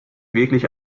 wirklich